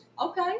Okay